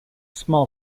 small